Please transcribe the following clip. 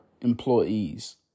employees